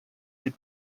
ses